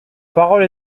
parole